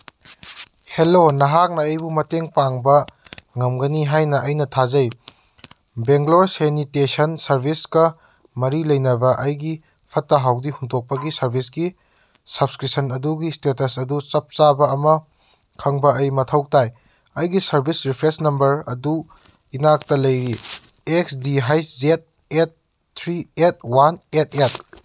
hello ꯅꯍꯥꯛꯅ ꯑꯩꯕꯨ ꯃꯇꯦꯡ ꯄꯥꯡꯕ ꯉꯝꯒꯅꯤ ꯍꯥꯏꯅ ꯑꯩꯅ ꯊꯥꯖꯩ ꯕꯦꯡꯒ꯭ꯂꯣꯔ ꯁꯦꯅꯤꯇꯦꯁꯟ ꯁꯥꯔꯚꯤꯁꯀ ꯃꯔꯤ ꯂꯩꯅꯕ ꯑꯩꯒꯤ ꯐꯠꯇ ꯍꯥꯎꯗꯤ ꯍꯨꯟꯇꯣꯛꯄꯒꯤ ꯁꯥꯔꯕꯤꯁꯀꯤ ꯁꯞꯁꯀ꯭ꯔꯤꯞꯁꯟ ꯑꯗꯨꯒꯤ ꯏꯁꯇꯦꯇꯁ ꯑꯗꯨ ꯆꯞ ꯆꯥꯕ ꯑꯃ ꯈꯪꯕ ꯑꯩ ꯃꯊꯧ ꯇꯥꯏ ꯑꯩꯒꯤ ꯁꯔꯚꯤꯁ ꯔꯤꯐ꯭ꯔꯦꯟꯁ ꯅꯝꯕꯔ ꯑꯗꯨ ꯏꯅꯥꯛꯇ ꯂꯩꯔꯤ X D S Z eight three eight one eight eight